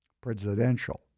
presidential